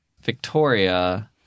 Victoria